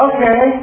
Okay